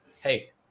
hey